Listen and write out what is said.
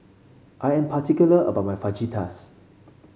I am particular about my Fajitas